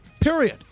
Period